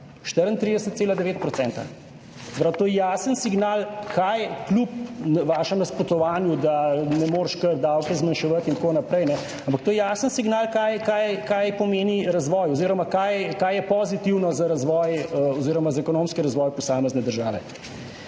pravi, to je jasen signal, kaj je, kljub vašemu nasprotovanju, da ne moreš kar davke zmanjševati in tako naprej, ampak to je jasen signal kaj pomeni razvoj oziroma kaj je pozitivno za razvoj oziroma za ekonomski razvoj posamezne države.